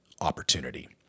opportunity